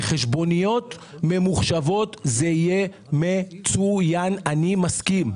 בחשבוניות ממוחשבות זה יהיה מצוין, אני מסכים.